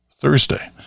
Thursday